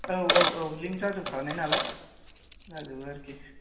औ औ औ लिंक जाजोबखानाय नालाय जाजोबो आरोखि